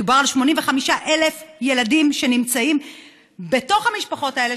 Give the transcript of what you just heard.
מדובר על 85,000 ילדים שנמצאים בתוך המשפחות האלה,